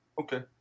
okay